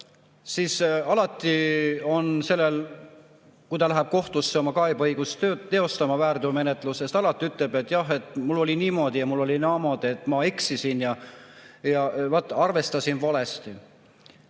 Siis alati see, kes läheb kohtusse oma kaebeõigust teostama väärteomenetluse puhul, ütleb, et jah, mul oli niimoodi ja mul oli naamoodi, ma eksisin ja arvestasin valesti.